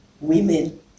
women